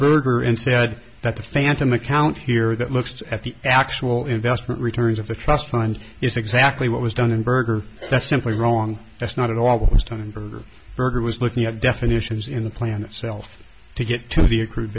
berger and said that the phantom account here that looks at the actual investment returns of the trust fund is exactly what was done in burger that's simply wrong that's not at all it's time for burger was looking at definitions in the plan itself to get to the accrued